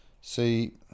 see